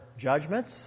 judgments